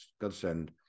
godsend